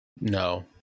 no